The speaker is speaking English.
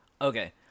okay